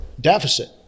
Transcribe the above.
deficit